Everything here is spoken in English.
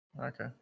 Okay